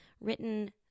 Written